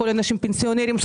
מדובר בפנסיונרים.